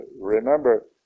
Remember